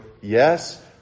Yes